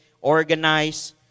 organize